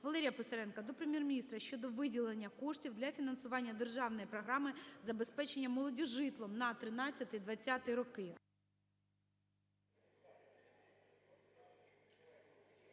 Валерія Писаренка до Прем'єр-міністра щодо виділення коштів для фінансування Державної програми забезпечення молоді житлом на 2013-2020 роки.